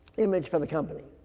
image for the company.